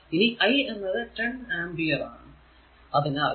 ഇനി I എന്നത് 10 ampere ആണ്